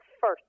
first